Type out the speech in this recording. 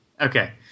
Okay